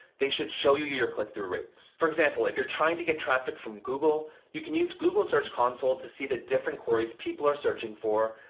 they should show you your click-through rates. for example, if you're trying to get traffic from google, you can use google search console to see the different queries people are searching for,